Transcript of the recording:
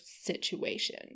situation